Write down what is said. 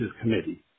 Committee